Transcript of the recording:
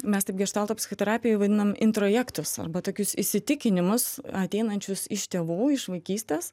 mes taip geštalto psichoterapijoj vadinam introjektus arba tokius įsitikinimus ateinančius iš tėvų iš vaikystės